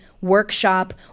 workshop